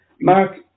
Mark